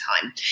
time